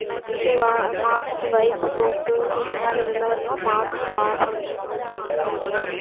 next வா மாட்டுக்கு வயித்துப் போக்கு இது மாதிரிலாம் இருந்தால் மாத்திர வாழப்பழத்தில் வெச்சு நாங்கள் தருவோம்